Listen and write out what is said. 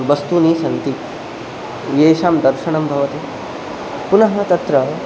वस्तूनि सन्ति येषां दर्शनं भवति पुनः तत्र